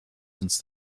since